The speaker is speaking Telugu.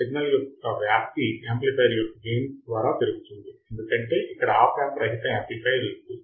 సిగ్నల్ యొక్క వ్యాప్తి యాంప్లిఫైయర్ యొక్క గెయిన్ ద్వారా పెరుగుతుంది ఎందుకంటే ఇక్కడ ఆప్ యాంప్ రహిత యాంప్లిఫయర్ ఉంది